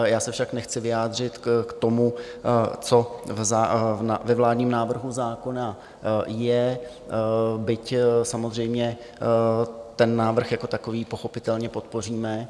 Já se však nechci vyjádřit k tomu, co ve vládním návrhu zákona je, byť samozřejmě návrh jako takový pochopitelně podpoříme.